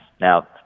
Now